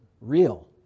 real